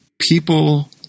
people